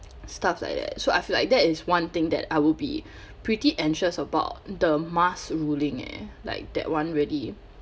stuff like that so I feel like that is one thing that I will be pretty anxious about the mask ruling eh like that one ready